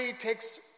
takes